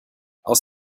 aus